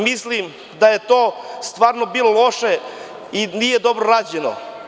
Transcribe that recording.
Mislim da je to stvarno bilo loše i nije dobro rađeno.